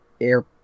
air